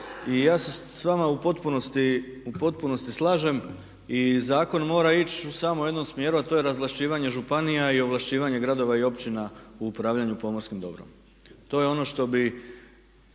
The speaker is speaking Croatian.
i ja se s vama u potpunosti slažem. Zakon mora ići u samo jednom smjeru, a to je razvlašćivanje županija i ovlašćivanje gradova i općina u upravljanju pomorskim dobrom. To je ona promjena